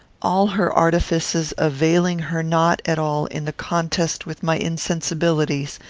all her artifices availing her not at all in the contest with my insensibilities,